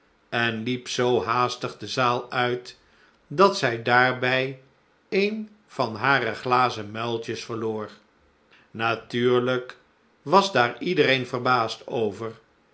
en liep zoo haastig de zaal uit dat zij daarbij een van hare glazen muiltjes verloor natuurlijk was daar iedereen verbaasd over